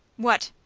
what?